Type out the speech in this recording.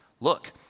Look